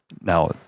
Now